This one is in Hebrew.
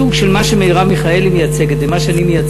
הדרה של מוחלשות ומוחלשים מזכויות אדם בסיסיות כמו דיור,